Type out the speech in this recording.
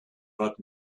but